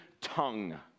tongue